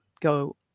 go